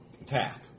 Attack